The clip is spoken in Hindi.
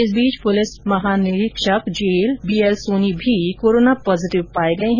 इस बीच पुलिस महानिदेशक जेल बी एल सोनी भी कोरोना पॉजिटिव पाए गए है